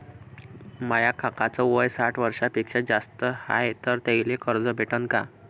माया काकाच वय साठ वर्षांपेक्षा जास्त हाय तर त्याइले कर्ज भेटन का?